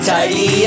Tidy